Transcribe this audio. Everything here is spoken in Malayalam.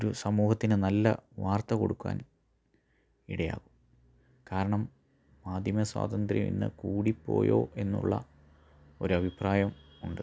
ഒരു സമൂഹത്തിന് നല്ല വാർത്ത കൊടുക്കുവാൻ ഇടയാകും കാരണം മാധ്യമ സ്വാതന്ത്ര്യം ഇന്ന് കൂടിപ്പോയോ എന്നുള്ള ഒരഭിപ്രായം ഉണ്ട്